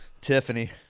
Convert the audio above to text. Tiffany